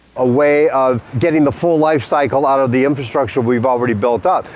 a way of getting the full lifecycle out of the infrastructure we've already built up.